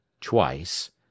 twice